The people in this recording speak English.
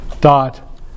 dot